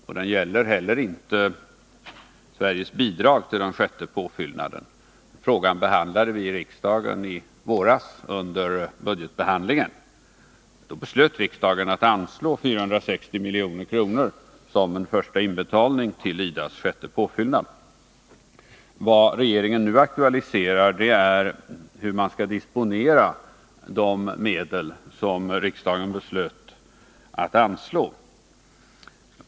Och den gäller inte heller Sveriges bidrag till den sjätte påfyllnaden — den frågan behandlade vi i riksdagen i våras under budgetbehandlingen. Då beslöt riksdagen att anslå 460 milj.kr. till den första inbetalningen till IDA:s sjätte påfyllnad. Vad regeringen nu aktualiserar är hur vi skall disponera de medel som riksdagen beslöt anslå.